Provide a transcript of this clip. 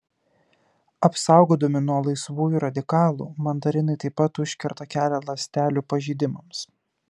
apsaugodami nuo laisvųjų radikalų mandarinai taip pat užkerta kelią ląstelių pažeidimams